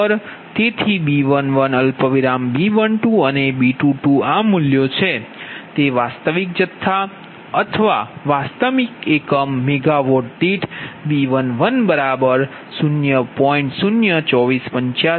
તેથી B11B12 અનેB22 આ મૂલ્યો છે તે વાસ્તવિક જથ્થામાં અથવા વાસ્તવિક એકમ મેગાવોટ દીઠ B110